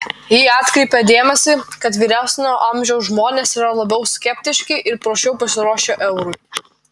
ji atkreipė dėmesį kad vyresnio amžiaus žmonės yra labiau skeptiški ir prasčiau pasiruošę eurui